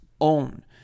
own